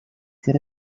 ses